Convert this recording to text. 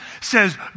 says